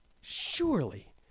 surely